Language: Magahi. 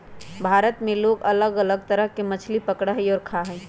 भारत में लोग अलग अलग तरह के मछली पकडड़ा हई और खा हई